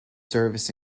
service